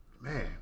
Man